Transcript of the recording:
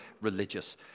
religious